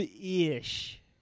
ish